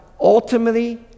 ultimately